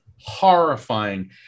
horrifying